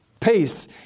Peace